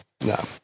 No